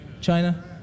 China